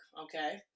okay